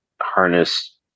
harness